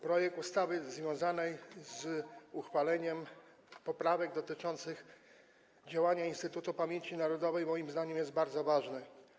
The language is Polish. Projekt ustawy związanej z uchwaleniem poprawek dotyczących działania Instytutu Pamięci Narodowej moim zdaniem jest bardzo ważny.